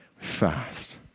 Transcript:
fast